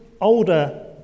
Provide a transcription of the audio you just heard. older